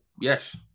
Yes